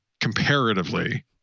comparatively